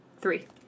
Three